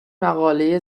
مقاله